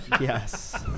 Yes